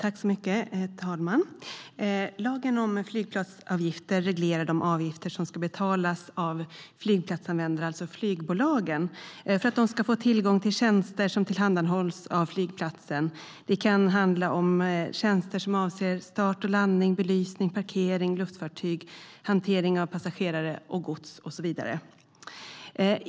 Herr talman! Lagen om flygplatsavgifter reglerar de avgifter som ska betalas av flygplatsanvändare, det vill säga flygbolagen, för att de ska få tillgång till tjänster som tillhandahålls av flygplatsen. Det kan handla om tjänster som avser start och landning, belysning, parkering av luftfartyg samt hantering av passagerare och gods och så vidare.